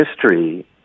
history